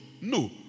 No